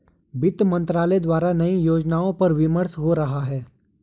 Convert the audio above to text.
वित्त मंत्रालय द्वारा नए योजनाओं पर विमर्श हो रहा है